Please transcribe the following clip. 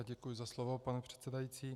Děkuji za slovo, pane předsedající.